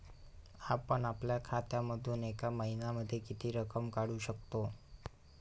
आपण आपल्या खात्यामधून एका महिन्यामधे किती रक्कम काढू शकतो?